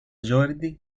jordi